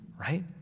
right